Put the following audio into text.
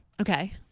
Okay